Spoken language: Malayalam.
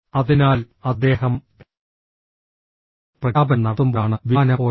അതിനാൽ അദ്ദേഹം പ്രഖ്യാപനം നടത്തുമ്പോഴാണ് വിമാനം പോയത്